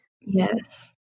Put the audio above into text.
Yes